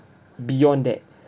beyond that